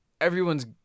everyone's